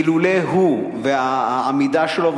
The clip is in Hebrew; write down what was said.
ואילולא הוא והעמידה שלו,